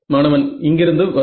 மாணவன் இங்கிருந்து வரும்